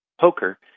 poker